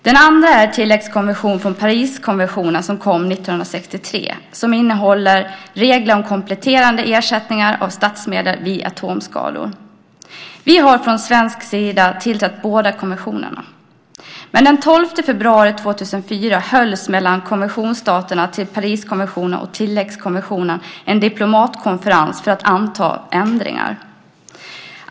Den andra konventionen är tilläggskonventionen till Pariskonventionen som kom år 1963. Den innehåller regler om kompletterande ersättningar av statsmedel vid atomskador. Vi har från svensk sida tillträtt båda konventionerna. Den 12 februari 2004 hölls mellan konventionsstaterna till Pariskonventionen och tilläggskonventionen en diplomatkonferens för att anta ändringar.